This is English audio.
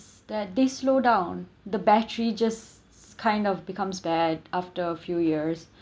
that they slow down the battery just kind of becomes bad after a few years